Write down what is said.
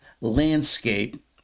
landscape